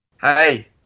hey